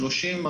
30,